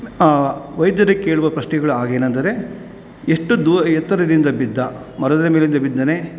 ವೈದ್ಯರು ಕೇಳುವ ಪ್ರಶ್ನೆಗಳು ಆಗ ಏನಂದರೆ ಎಷ್ಟು ದೂರ ಎತ್ತರದಿಂದ ಬಿದ್ದ ಮರದ ಮೇಲಿಂದ ಬಿದ್ದನೇ